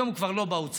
היום הוא כבר לא באוצר.